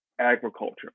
agriculture